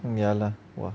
ya lah !wah!